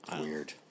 weird